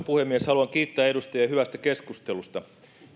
puhemies haluan kiittää edustajia hyvästä keskustelusta